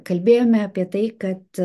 kalbėjome apie tai kad